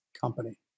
company